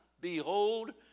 Behold